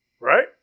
right